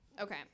Okay